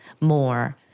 more